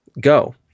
go